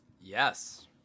Yes